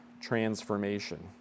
transformation